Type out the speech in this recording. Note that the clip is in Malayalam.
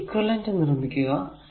അതിന്റെ ഇക്വിവലെന്റ് നിർമിക്കുക